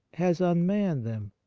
has unmanned them.